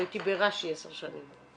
הייתי ברשי עשר שנים.